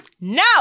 No